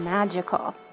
Magical